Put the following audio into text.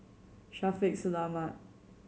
Shaffiq Selamat